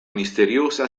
misteriosa